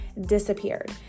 disappeared